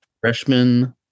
freshman